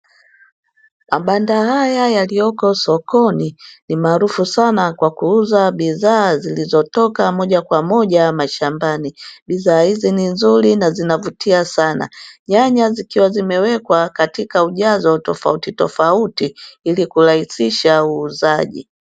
Mabanda haya yaliyoko sokoni, ni maarufu sana kwa kuuza bidhaa zilizotoka moja kwa moja mashambani, bidhaa hizi ni nzuri na zinavutia sana. Nyanya zikiwa zimewekwa katika ujazo wa tofauti tofauti ili kurahisisha uuzaji.